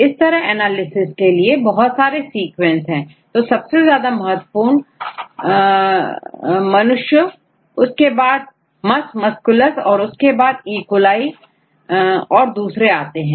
इस तरह एनालिसिस के लिए बहुत सारे सीक्वेंस है तो सबसे ज्यादा मनुष्यों उसके बादMus musculus और उसके बादE coli और दूसरे आते हैं